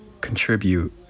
contribute